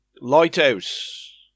Lighthouse